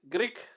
Greek